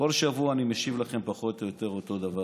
כל שבוע אני משיב לכם פחות או יותר אותו דבר.